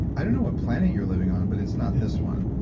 i don't know what planet you're living on, but it's not this one,